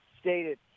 stated